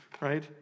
right